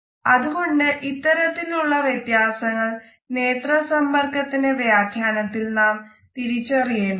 അതുകൊണ്ട് ഇത്തരത്തിൽ ഉള്ള വ്യത്യാസങ്ങൾ നേത്ര സമ്പർക്കത്തിന്റെ വ്യാഖ്യാനത്തിൽ നാം തിരിച്ചറിയേണ്ടതുണ്ട്